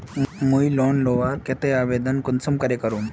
मुई लोन लुबार केते आवेदन कुंसम करे करूम?